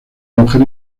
mujer